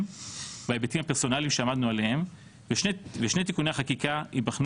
בהיבטים הפרסונליים שעמדנו עליהם ושני תיקוני החקיקה ייבחנו